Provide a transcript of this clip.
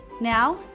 Now